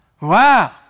Wow